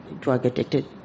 drug-addicted